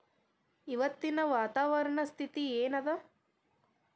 ಇವತ್ತಿನ ವಾತಾವರಣ ಸ್ಥಿತಿ ಏನ್ ಅದ?